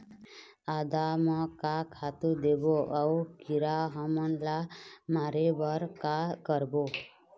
आदा म का खातू देबो अऊ कीरा हमन ला मारे बर का करबो?